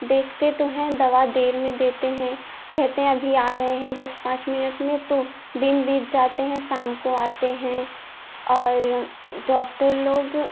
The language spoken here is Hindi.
देखते तो हैं दवा देर में देते हैं कहते हैं अभी आ रहे हैं दस पाँच मिनट में तो दिन बीत जाते हैं शाम को आते हैं और डॉक्टर लोग